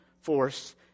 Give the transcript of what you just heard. force